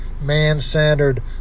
man-centered